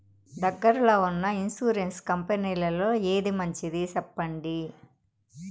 దగ్గర లో ఉన్న ఇన్సూరెన్సు కంపెనీలలో ఏది మంచిది? సెప్పండి?